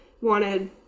wanted